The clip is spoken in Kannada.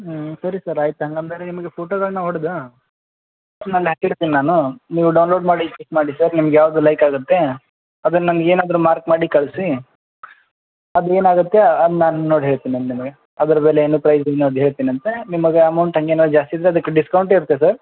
ಹಾಂ ಸರಿ ಸರ್ ಆಯ್ತು ಹಾಗಂದ್ರೆ ನಿಮಗೆ ಟು ತೌಸಂಡ್ ನಾವು ಹೊಡೆದ ನಾನು ಹಾಕಿ ಇಡ್ತೇನೆ ನಾನು ನೀವು ಡೌನ್ಲೋಡ್ ಮಾಡಿ ಪಿಕ್ ಮಾಡಿ ಸರ್ ನಿಮ್ಗೆ ಯಾವುದು ಲೈಕಾಗುತ್ತೆ ಅದನ್ನು ನನ್ಗೆ ಏನಾದರೂ ಮಾರ್ಕ್ ಮಾಡಿ ಕಳಿಸಿ ಅದು ಏನಾಗುತ್ತೆ ಅದು ನಾನು ನೋಡಿ ಹೇಳ್ತೇನೆ ನಾನು ನಿಮಗೆ ಅದ್ರ ಬೆಲೆ ಏನು ಪ್ರೈಸ್ ಇನ್ನೊಂದು ಹೇಳ್ತೀನಂತ ನಿಮಗೆ ಅಮೌಂಟ್ ಹಾಗೇನ ಜಾಸ್ತಿ ಇದ್ರೆ ಅದಕ್ಕೆ ಡಿಸ್ಕೌಂಟ್ ಇರ್ತದೆ